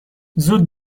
زود